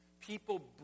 People